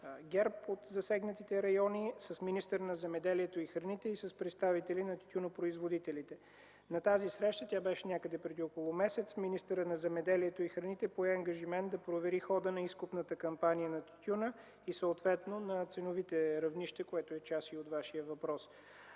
ГЕРБ от засегнатите райони, министърът на земеделието и храните и представители на тютюнопроизводителите. На тази среща, която беше някъде около преди месец, министърът на земеделието и храните пое ангажимент да провери хода на изкупната кампания на тютюна и съответно на ценовите равнища, което е част и от Вашия въпрос.